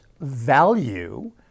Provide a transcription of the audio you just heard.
value